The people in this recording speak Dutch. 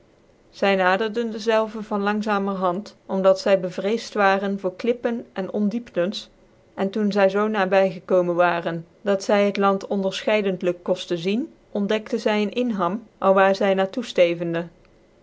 zy naderde dezelve van langzamerhand om dat zy bcvrceft waren voor klippen cn ondieptens cn toen zy zoo na by gekomen waren dat zy het land ondcrfcheidentlyk koftcn zien ontdekte zy een inham alwaar zy na toe